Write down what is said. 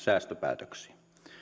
säästöpäätöksiä